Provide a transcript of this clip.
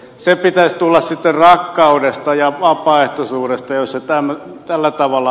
se pitäisi tulla sitten rakkaudesta ja vapaaehtoisuudesta jos se tällä tavalla ajatellaan